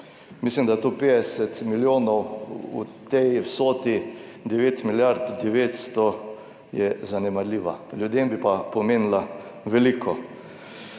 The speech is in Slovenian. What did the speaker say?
mislim, da tu 50 milijonov v tej vsoti 9 milijard 900 je zanemarljiva, ljudem bi pa pomenila veliko.